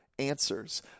answers